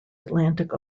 atlantic